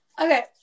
Okay